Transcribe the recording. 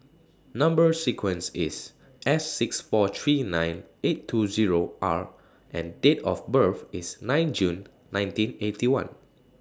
Number sequence IS S six four three nine eight two Zero R and Date of birth IS nine June nineteen Eighty One